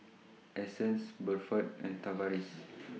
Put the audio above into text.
Essence Buford and Tavaris